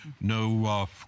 no